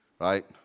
right